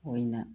ꯑꯣꯏꯅ